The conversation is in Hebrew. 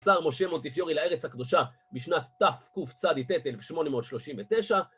משה מונטיפיורי לארץ הקדושה בשנת תקצ"ט- 1839